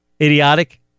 Idiotic